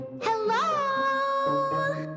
Hello